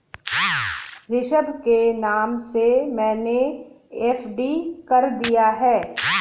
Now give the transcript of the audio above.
ऋषभ के नाम से मैने एफ.डी कर दिया है